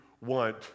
want